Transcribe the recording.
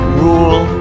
rule